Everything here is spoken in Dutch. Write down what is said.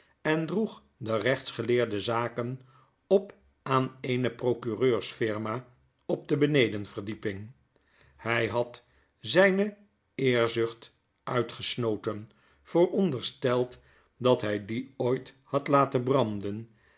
en droeg de rechtsgeleerde zaken op aan eene procureurs firma op de benedenverdieping hy had zijne eerzucht uitgesnoten vooronderstel dat hij die ooit had laten branden